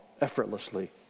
effortlessly